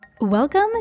Welcome